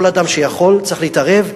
כל אדם שיכול צריך להתערב.